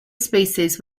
species